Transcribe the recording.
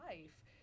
life